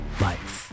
life